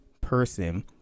person